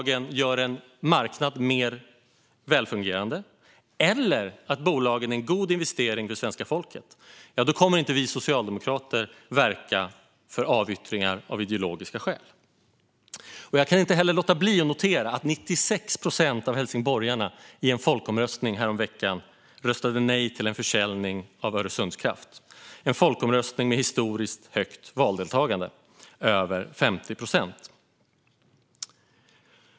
Det gäller exempelvis särskilt beslutade samhällsuppdrag, att bolagen gör en marknad mer välfungerande eller att bolagen är en god investering för svenska folket. Jag kan inte låta bli att notera att 96 procent av helsingborgarna i en folkomröstning häromveckan röstade nej till en försäljning av Öresundskraft. Det var en folkomröstning med ett historiskt högt valdeltagande, över 50 procent.